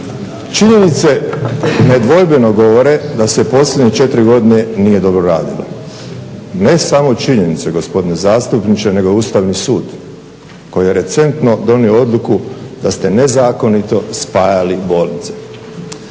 Činjenice nedvojbeno govore da se posljednje 4 godine nije dobro radilo. Ne samo činjenice gospodine zastupniče nego i Ustavni sud koji je recentno donio odluku da ste nezakonito spajali bolnice.